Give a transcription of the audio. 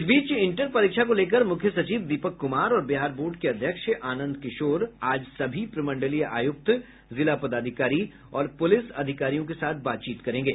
इस बीच इंटर परीक्षा को लेकर मुख्य सचिव दीपक कुमार और बिहार बोर्ड के अध्यक्ष आनंद किशोर आज सभी प्रमंडलीय आयुक्त जिला पदाधिकारी और पुलिस अधिकारियों के साथ बात करेंगे